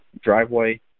driveway